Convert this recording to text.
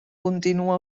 continua